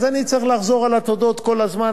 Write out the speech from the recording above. אז אני צריך לחזור על התודות כל הזמן,